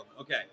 Okay